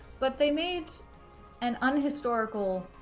but they made and a non-historical